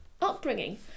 upbringing